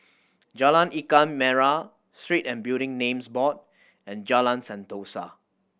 Jalan Ikan Merah Street and Building Names Board and Jalan Sentosa